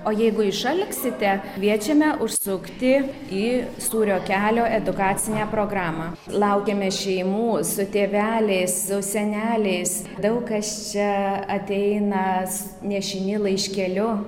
o jeigu išalksite kviečiame užsukti į sūrio kelio edukacinę programą laukiame šeimų su tėveliais su seneliais daug kas čia ateina s nešini laiškeliu